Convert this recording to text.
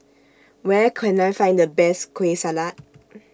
Where Can I Find The Best Kueh Salat